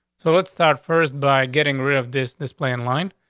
so let's start first by getting rid of this display in line.